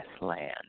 land